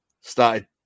started